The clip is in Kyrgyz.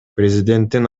президенттин